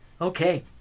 Okay